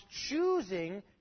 choosing